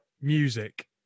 music